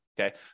Okay